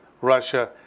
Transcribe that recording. russia